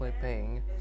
paying